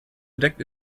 bedeckt